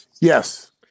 Yes